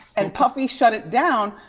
and puffy shut it down,